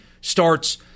starts